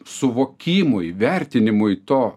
suvokimui vertinimui to